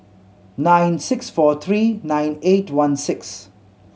nine six four three nine eight one six